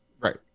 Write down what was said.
Right